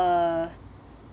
uh